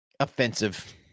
Offensive